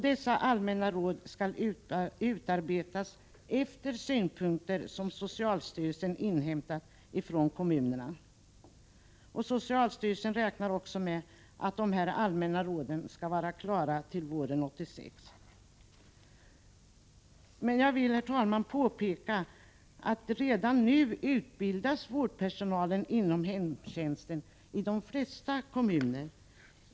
Dessa allmänna råd skall utarbetas efter synpunkter som socialstyrelsen inhämtat från kommunerna. Socialstyrelsen räknar med att dessa allmänna råd skall vara klara till våren 1986. Men jag vill påpeka att redan nu utbildas vårdpersonalen inom hemtjänsten i de flesta kommuner.